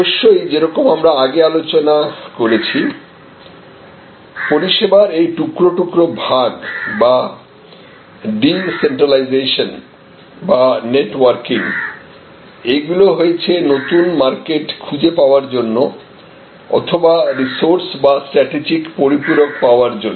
অবশ্যই যেরকম আমরা আগে আলোচনা করেছি পরিষেবার এই টুকরো টুকরো ভাগ বা ডিসেনট্রালিসেশন বা নেটওয়ার্কিংএইগুলি হয়েছে নতুন মার্কেট খুঁজে পাওয়ার জন্য অথবা রিসোর্স বা স্ট্র্যাটেজিক পরিপূরক পাওয়ার জন্য